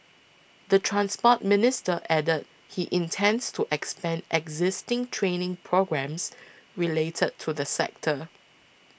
the Transport Minister added he intends to expand existing training programmes related to the sector